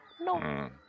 No